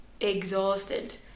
exhausted